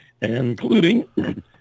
including